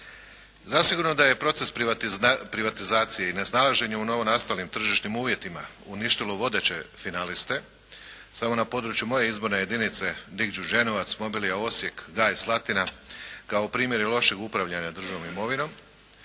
Zasigurno da je proces privatizacije i nesnalaženja u novonastalim tržišnim uvjetima uništilo vodeće finaliste. Samo na području moje izborne jedinice …/Govornik se ne razumije./… kao primjer lošeg upravljanja državnom imovinom